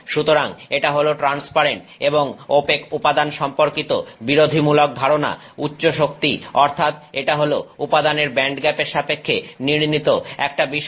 সুতরাং এটা হল ট্রান্সপারেন্ট এবং ওপেক উপাদান সম্পর্কিত বিরোধীমূলক ধারণা উচ্চশক্তি অর্থাৎ এটা হল উপাদানের ব্যান্ডগ্যাপের সাপেক্ষে নির্ণীত একটা বিষয়